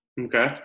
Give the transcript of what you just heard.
Okay